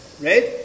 right